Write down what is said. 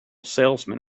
salesman